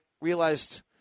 realized